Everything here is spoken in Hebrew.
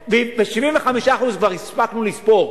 ב-75% כבר הפסקנו לספור.